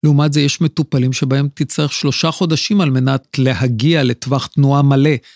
לעומת זה יש מטופלים שבהם תצטרך שלושה חודשים על מנת להגיע לטווח תנועה מלא.